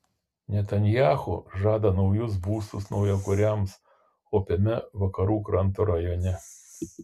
netanyahu žada naujus būstus naujakuriams opiame vakarų kranto rajone